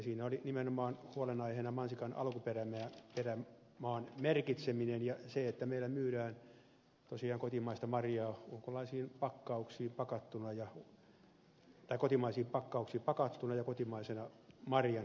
siinä olivat nimenomaan huolenaiheena mansikan alkuperämaan merkitseminen ja se että meillä myydään tosiaan ulkolaista marjaa kotimaisiin pakkauksiin pakattuna ja kotimaisena marjana